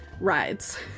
rides